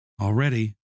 already